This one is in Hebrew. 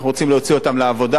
אנחנו רוצים להוציא אותן לעבודה,